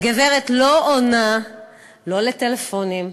הגברת לא עונה לא לטלפונים,